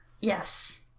Yes